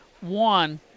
One